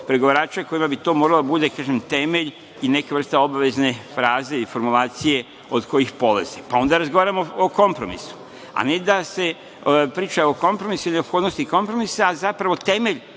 pregovarača kojima bi to morala da bude, kažem, temelje i neka vrsta obavezne fraze i formulacije od kojih polazi. Pa, onda razgovaramo o kompromisu, a ne da se priča o kompromisu i neophodnosti kompromisa, a zapravo temelj